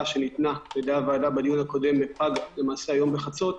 שניתנה על ידי הוועדה פג למעשה היום בחצות.